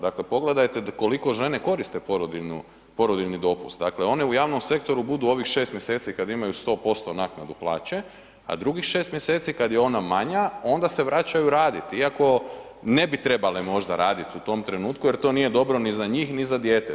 Dakle, pogledajte koliko žene koriste porodiljni dopust, dakle one u javnom sektoru budu ovih 6 mj. kad imaju 100% naknadu plaće a drugih 6 mj. kad je ona manja, onda se vraćaju raditi iako ne bi trebale možda raditi u tom trenutku jer to nije dobro ni za njih ni za dijete.